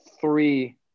three